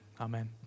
amen